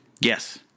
Yes